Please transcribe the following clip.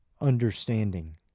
understanding